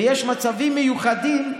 ויש מצבים מיוחדים,